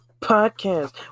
podcast